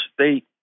state